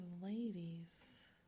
ladies